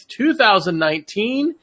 2019